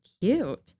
Cute